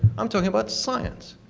i'm talking about science.